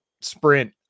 sprint